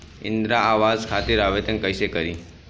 इंद्रा आवास खातिर आवेदन कइसे करि?